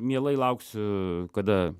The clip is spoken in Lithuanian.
mielai lauksiu kada